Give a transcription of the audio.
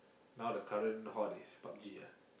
now the current hot is Pub-G ah